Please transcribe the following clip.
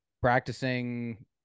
practicing